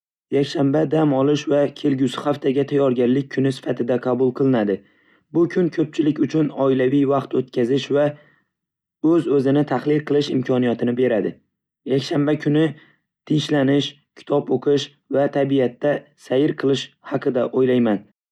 Yakshanba dam olish va kelgusi haftaga tayyorgarlik kuni sifatida qabul qilinadi. Bu kun ko'pchilik uchun oilaviy vaqt o'tkazish va o'z-o'zini tahlil qilish imkonini beradi. Yakshanba kuni tinchlanish, kitob o'qish va tabiatda sayr qilish haqida o'ylayman.